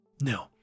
No